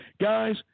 guys